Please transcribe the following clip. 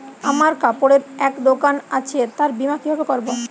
আমার কাপড়ের এক দোকান আছে তার বীমা কিভাবে করবো?